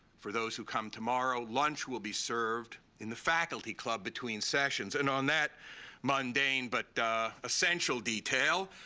for those who come tomorrow, lunch will be served in the faculty club between sessions. and on that mundane but essential detail,